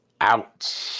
Ouch